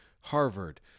Harvard